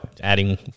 adding